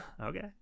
Okay